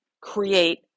create